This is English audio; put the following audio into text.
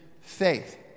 faith